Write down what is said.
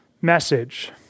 message